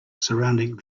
surrounding